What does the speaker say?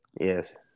Yes